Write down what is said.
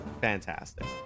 fantastic